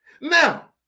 Now